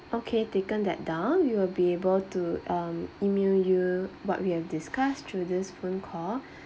okay taken that down we will be able to um email you what we have discussed through this phone call